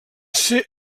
ser